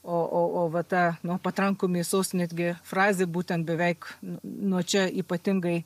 o o o va ta nu patrankų mėsos netgi frazė būtent beveik nuo čia ypatingai